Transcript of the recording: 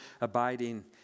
abiding